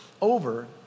over